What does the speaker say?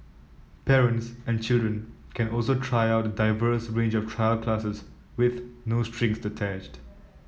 parents and children can also try out a diverse range of trial classes with no strings attached